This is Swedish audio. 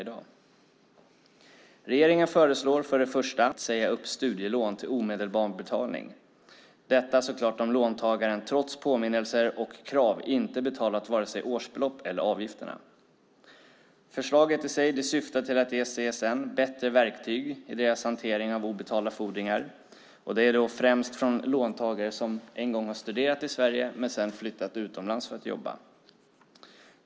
För det första föreslår regeringen att en möjlighet införs att säga upp studielån till omedelbar betalning - detta självklart om låntagaren trots påminnelser och krav inte betalat vare sig årsbelopp eller avgifter. Förslaget i sig syftar till att ge CSN bättre verktyg i sin hantering av obetalda fordringar, och det gäller främst låntagare som en gång har studerat i Sverige men sedan flyttat utomlands för att jobba.